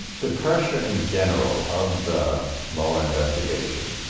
the pressure in general of the mueller investigation